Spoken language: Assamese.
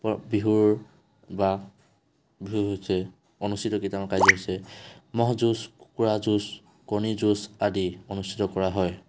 পৰ বিহুৰ বা বিহু হৈছে অনুষ্ঠিত কেইটামান কাৰ্যসূচী ম'হ যুঁজ কণী যুঁজ আদি অনুষ্ঠিত কৰা হয়